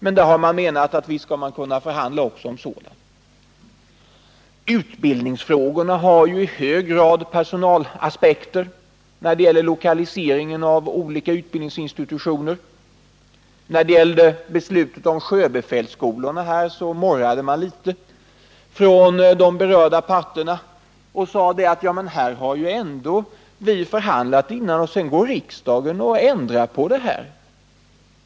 Man har menat att det visst skall gå att förhandla också om sådant. Utbildningsfrågorna har ju också i hög grad personalaspekter, t.ex. när det gäller lokaliseringen av olika utbildningsinstitutioner. När det rörde sig om beslutet om sjöbefälsskolorna morrade de berörda parterna litet och sade: Här har vi ändå förhandlat, och sedan går riksdagen och ändrar på det.